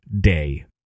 Day